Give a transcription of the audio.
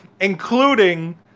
including